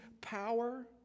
power